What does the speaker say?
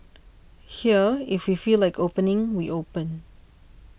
here if we feel like opening we open